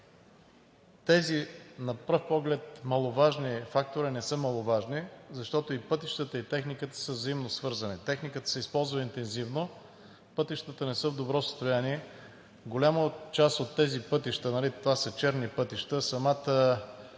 тези на пръв поглед маловажни фактори не са маловажни, защото и пътищата, и техниката са взаимно свързани. Техниката се използва интензивно, пътищата не са в добро състояние, голяма част от тези пътища – това са черни пътища, самата